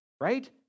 right